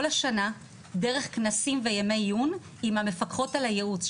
השנה דרך כנסים וימי עיון עם המפקחות על הייעוץ,